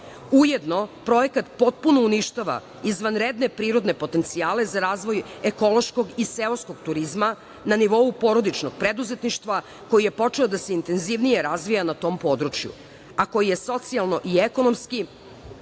Ujedno, projekat potpuno uništava izvanredne prirodne potencijale za razvoj ekološkog i seoskog turizma na nivou porodičnog preduzetništva, koji je počeo da se intenzivnije razvija na tom području, a koji je socijalno i ekonomski